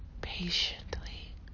patiently